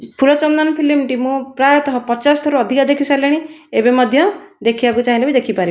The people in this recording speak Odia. ଫୁଲ ଚନ୍ଦନ ଫିଲ୍ମଟି ମୁଁ ପ୍ରାୟତଃ ପଚାଶ ଥରରୁ ଅଧିକ ଦେଖି ସାରିଲିଣି ଏବେ ମଧ୍ୟ ଦେଖିବାକୁ ଚାହିଁଲେ ବି ଦେଖିପାରିବି